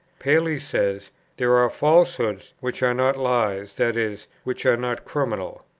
paley says there are falsehoods, which are not lies, that is, which are not criminal.